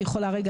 אני יכולה רגע?